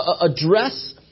address